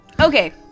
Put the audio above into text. Okay